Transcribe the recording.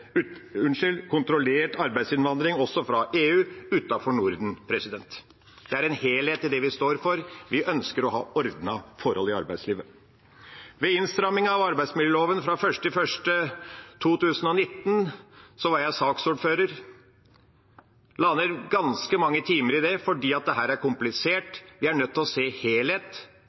også fra EU utenfor Norden. Det er en helhet i det vi står for. Vi ønsker å ha ordnede forhold i arbeidslivet. Ved innstramming av arbeidsmiljøloven fra 1. januar 2019 var jeg saksordfører og la ned ganske mange timer i det, for dette er komplisert. Vi er nødt til å se helhet,